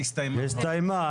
זה צריך להיות "שהסתיימה",